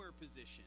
position